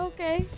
Okay